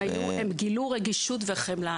הם גילו רגישות וחמלה.